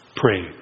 Pray